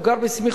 הוא גר בסמיכות,